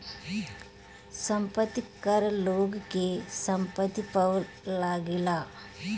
संपत्ति कर लोग के संपत्ति पअ लागेला